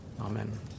Amen